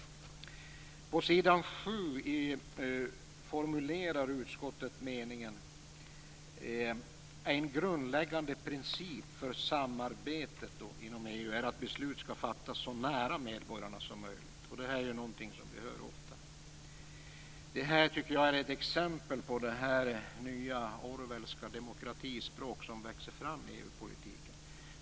På s. 7 i betänkandet formulerar utskottet meningen "En grundläggande princip för samarbetet är att beslut skall fattas så nära medborgarna som möjligt". Det här är något vi ofta hör. Det är, tycker jag, ett exempel på det nya Orwellska demokratispråk som växer fram i EU-politiken.